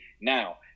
Now –